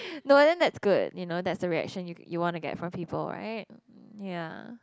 no and then that's good you know that's the reaction you you wanna from people right ya